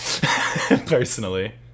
personally